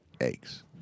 eggs